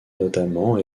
notamment